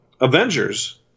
avengers